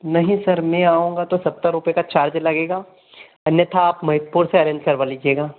नहीं सर मे आऊँगा तो सत्तर रुपये का चार्ज लगेगा अन्यथा आप महीदपुर से अरेंज करवा लीजिएगा